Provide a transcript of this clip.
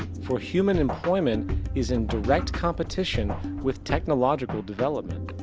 for human employment is in direct competition with technological developement.